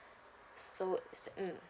so is that mm